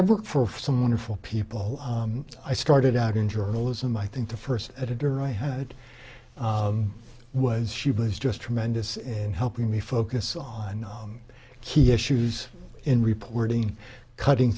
i work for some wonderful people i started out in journalism i think the first editor i had was she was just tremendous in helping me focus on key issues in reporting cutting